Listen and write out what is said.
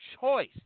choice